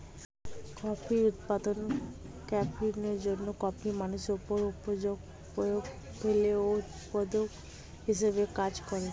কফির উপাদান ক্যাফিনের জন্যে কফি মানুষের উপর উত্তেজক প্রভাব ফেলে ও উদ্দীপক হিসেবে কাজ করে